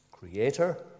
Creator